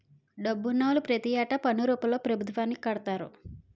డబ్బునోళ్లు ప్రతి ఏటా పన్ను రూపంలో పభుత్వానికి కడతారు